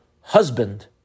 husband